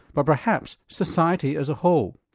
but perhaps society as a whole.